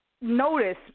notice